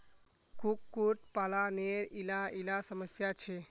कुक्कुट पालानेर इला इला समस्या छे